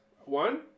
One